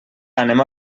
anem